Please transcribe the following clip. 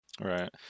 right